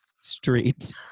street